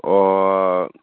ꯑꯣ